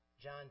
John